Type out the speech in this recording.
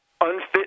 unfit